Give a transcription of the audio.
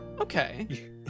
okay